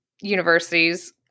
universities